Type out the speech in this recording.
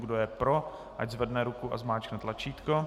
Kdo je pro, ať zvedne ruku a zmáčkne tlačítko.